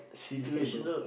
it's the same bro